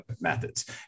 methods